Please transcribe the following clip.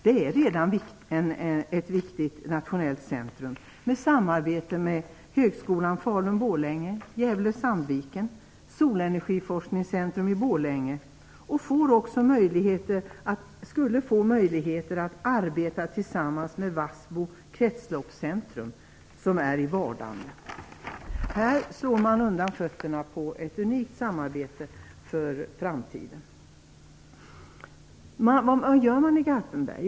Det är redan ett viktigt nationellt centrum med samarbete med Högskolan Falun Sandviken och Solenergiforskningscentrum i Borlänge. Man skulle också få möjligheter att arbeta tillsammans med Vassbo kretsloppscentrum, som är i vardande. Här slår man undan fötterna för ett unikt samarbete inför framtiden. Vad gör man i Garpenberg?